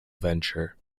venture